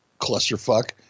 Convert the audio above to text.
clusterfuck